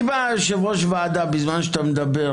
אם יושב-ראש הוועדה עם הטלפון בזמן שאתה מדבר,